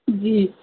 जी